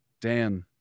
Dan